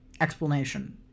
explanation